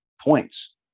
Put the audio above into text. points